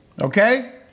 Okay